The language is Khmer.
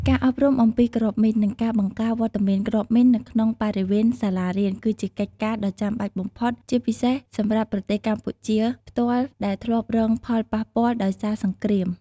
ការអប់រំអំពីគ្រាប់មីន និងការបង្ការវត្តមានគ្រាប់មីននៅក្នុងបរិវេណសាលារៀន គឺជាកិច្ចការដ៏ចាំបាច់បំផុត ជាពិសេសសម្រាប់ប្រទេសកម្ពុជាផ្ទាល់ដែលធ្លាប់រងផលប៉ះពាល់ដោយសារសង្គ្រាម។